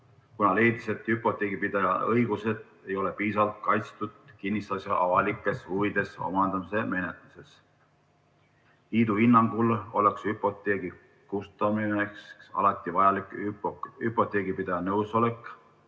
kuna leidis, et hüpoteegipidaja õigused ei ole piisavalt kaitstud kinnisasja avalikes huvides omandamise menetluses. Liidu hinnangul oleks hüpoteegi kustutamiseks alati vajalik hüpoteegipidaja nõusolek.